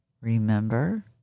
Remember